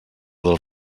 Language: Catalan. del